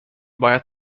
باید